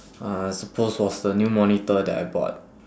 uh I suppose was the new monitor that I bought